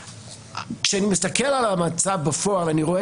כשאני מסתכל על המצב בפועל אני רואה